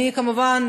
כמובן,